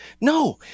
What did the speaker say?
No